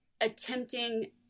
attempting